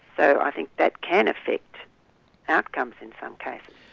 so i think that can affect outcomes in some cases.